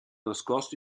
nascosto